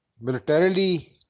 militarily